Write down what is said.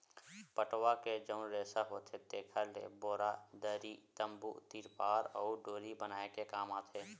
पटवा के जउन रेसा होथे तेखर बोरा, दरी, तम्बू, तिरपार अउ डोरी बनाए के बूता आथे